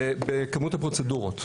בכמות הפרוצדורות.